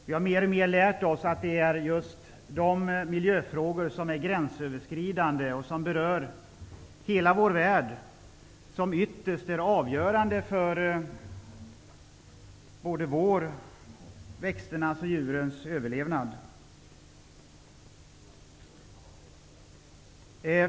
Vi har mer och mer lärt oss att det är just de miljöfrågor som är gränsöverskridande och som berör hela vår värld som ytterst är avgörande för vår, växternas och djurens överlevnad.